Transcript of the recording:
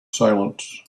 silence